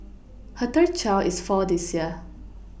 her third child is four this year